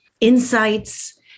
insights